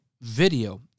video